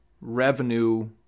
revenue